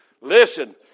Listen